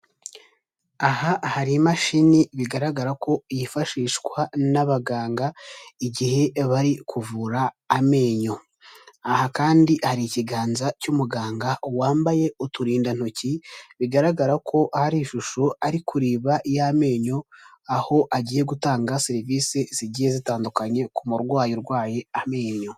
Aha hari imashini bigaragara ko yifashishwa n'abaganga igihe bari kuvura amenyo, aha kandi hari ikiganza cy'umuganga wambaye uturindantoki, bigaragara ko hari ishusho ari kureba y'amenyo, aho agiye gutanga serivise zigiye zitandukanye ku murwayi urwaye amenyo.